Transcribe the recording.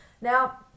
Now